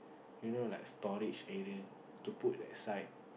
you know like storage area to put that side